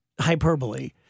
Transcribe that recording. hyperbole